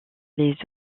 les